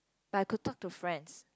but I could talk to friends